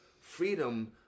freedom